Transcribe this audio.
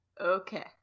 okay